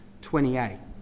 28